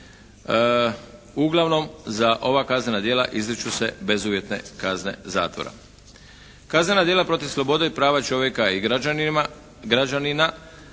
Uglavnom za ova kaznena djela izriču se bezuvjetne kazne zatvora. Kaznena djela protiv slobode i prava čovjeka i građanina